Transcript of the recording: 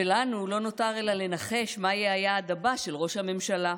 ולנו לא נותר אלא לנחש מה יהיה היעד הבא של ראש הממשלה.